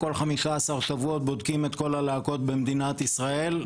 כל 15 שבועות בודקים את כל הלהקות במדינת ישראל,